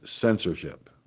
censorship